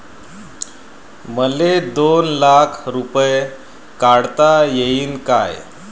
मले दोन लाख रूपे काढता येईन काय?